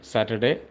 Saturday